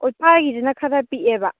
ꯏꯝꯐꯥꯜꯒꯤꯁꯤꯅ ꯈꯔ ꯄꯤꯛꯑꯦꯕ